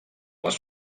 les